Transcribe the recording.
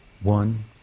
One